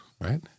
right